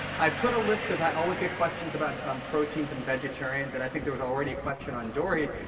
i put a list because i always get questions about proteins and vegetarians. and i think there was already a question on dory.